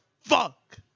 fuck